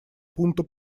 пункту